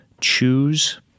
choose